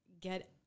Get